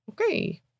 Okay